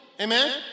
Amen